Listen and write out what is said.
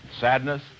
sadness